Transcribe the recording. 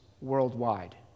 worldwide